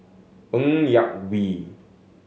Ng Yak Whee